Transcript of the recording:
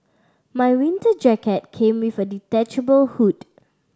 my winter jacket came with a detachable hood